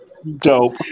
Dope